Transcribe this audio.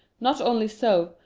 not only so,